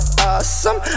awesome